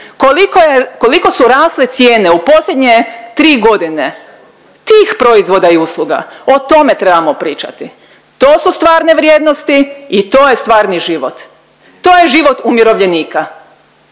koliko su rasle cijene u posljednje 3.g. tih proizvoda i usluga, o tome trebamo pričati, to su stvarne vrijednosti i to je stvarni život, to je život umirovljenika,